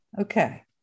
Okay